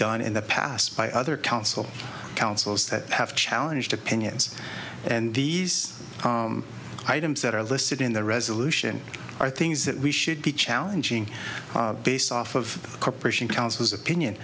done in the past by other counsel councils that have challenged opinions and these items that are listed in the resolution are things that we should be challenging based off of the corporation counsel's opinion